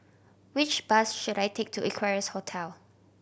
which bus should I take to Equarius Hotel